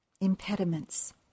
impediments